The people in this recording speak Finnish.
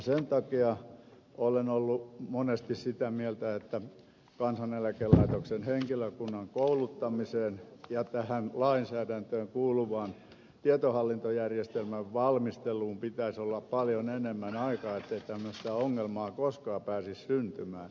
sen takia olen ollut monesti sitä mieltä että kansaneläkelaitoksen henkilökunnan kouluttamiseen ja tähän lainsäädäntöön kuuluvaan tietohallintojärjestelmän valmisteluun pitäisi olla paljon enemmän aikaa ettei tämmöistä ongelmaa koskaan pääsisi syntymään